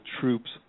troops